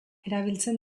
erabiltzen